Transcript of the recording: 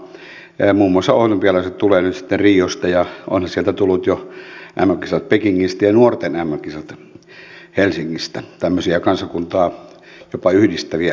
muun muassa olympialaiset tulevat nyt sitten riosta ja ovathan sieltä tulleet jo mm kisat pekingistä ja nuorten mm kisat helsingistä tämmöisiä jopa kansakuntaa yhdistäviä lähetyksiä